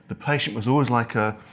the patient was always like a